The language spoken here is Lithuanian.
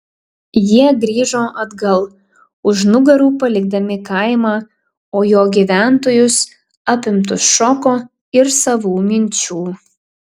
jie grįžo atgal už nugarų palikdami kaimą o jo gyventojus apimtus šoko ir savų minčių